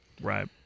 Right